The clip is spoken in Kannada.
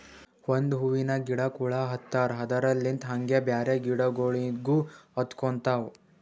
ಒಂದ್ ಹೂವಿನ ಗಿಡಕ್ ಹುಳ ಹತ್ತರ್ ಅದರಲ್ಲಿಂತ್ ಹಂಗೆ ಬ್ಯಾರೆ ಗಿಡಗೋಳಿಗ್ನು ಹತ್ಕೊತಾವ್